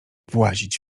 włazić